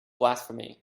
blasphemy